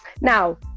Now